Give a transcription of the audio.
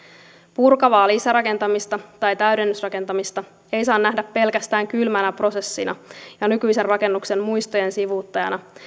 purkavaa lisärakentamista tai täydennysrakentamista ei saa nähdä pelkästään kylmänä prosessina ja nykyisen rakennuksen muistojen sivuuttajana